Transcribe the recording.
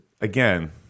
again